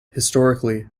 historically